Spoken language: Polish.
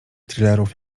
thrillerów